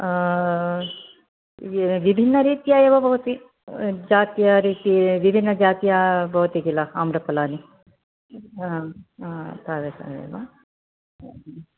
विभिन्न रीत्या एव भवति जात्या रीति विभिन्न जात्या भवति खिल आम्रफलानि तादृशम् एव